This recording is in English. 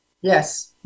yes